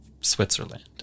Switzerland